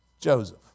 Joseph